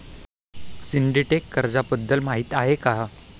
Syndicate कर्जाबद्दल माहिती आहे का?